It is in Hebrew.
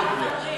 על מה אתם מדברים?